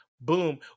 boom